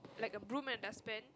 like a broom and dustbin